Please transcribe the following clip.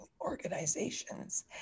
organizations